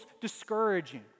discouraging